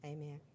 Amen